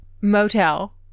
motel